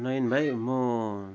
नयन भाइ म